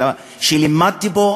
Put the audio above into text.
שלימדתי בו,